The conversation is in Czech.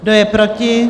Kdo je proti?